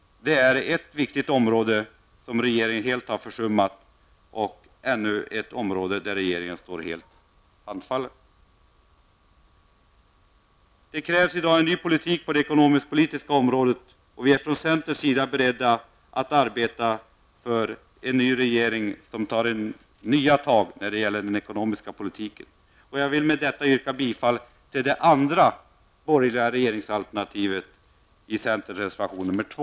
Det är ett viktigt område som regeringen helt har försummat, och ännu ett område där regeringen står helt handfallen. Det krävs i dag en ny politik på det ekonomiskpolitiska området. Vi från centern är beredda att arbeta för en ny regering som tar nya tag när det gäller den ekonomiska politiken. Jag vill med det anförda yrka bifall till det andra borgerliga regeringsalternativet i centerns reservation 2.